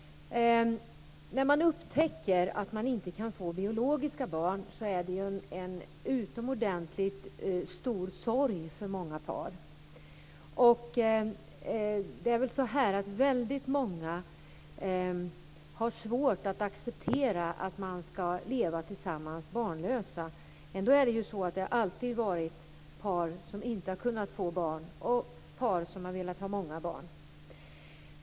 När man upptäcker att man inte kan få biologiska barn är det en utomordentligt stor sorg för många par. Väldigt många har svårt att acceptera att man ska leva tillsammans barnlösa. Ändå har det alltid funnits par som inte har kunnat få barn och par som har velat ha många barn.